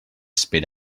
spit